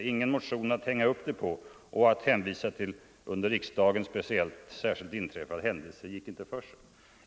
Det fanns inte någon proposition att hänga upp den på, och att hänvisa till under riksdagen inträffad särskild händelse gick inte för sig.